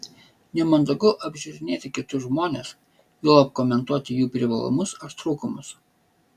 nemandagu apžiūrinėti kitus žmones juolab komentuoti jų privalumus ar trūkumus